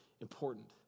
important